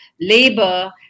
labor